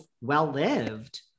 well-lived